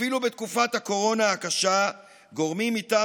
אפילו בתקופת הקורונה הקשה גורמים מטעם